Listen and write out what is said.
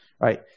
right